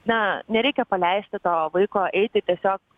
na nereikia paleisti to vaiko eiti tiesiog